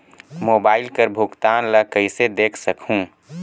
Mobile कर भुगतान ला कइसे देख सकहुं?